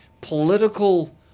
political